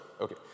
Okay